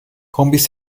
kombis